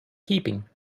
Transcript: keeping